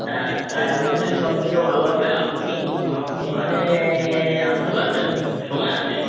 হ্যাঁ তাই ওটাই সব থেকে ভালো হবে আপনি আমার দোকানে আসতে পারবেন সময় আছে